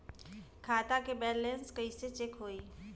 खता के बैलेंस कइसे चेक होई?